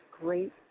great